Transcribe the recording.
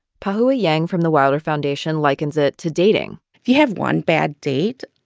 pahoua yang from the wilder foundation likens it to dating if you have one bad date,